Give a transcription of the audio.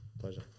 Pleasure